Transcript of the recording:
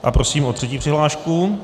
A prosím o třetí přihlášku.